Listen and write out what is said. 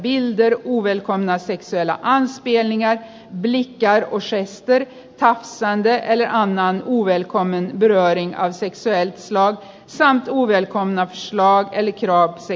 en omfattande utvärdering av reformbehoven i sexualbrottslagstiftningen har gjorts men det är trots det anledning av göra en övergripande bedömning av reformbehoven